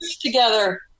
together